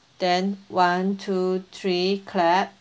then one two three clap